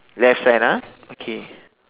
left hand ah okay